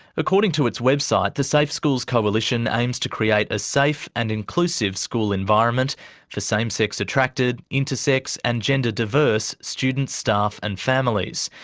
according to its website, the safe schools coalition aims to create a safe and inclusive school environment for same-sex attracted, intersex, and gender diverse students, staff, and families.